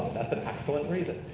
that's an excellent reason.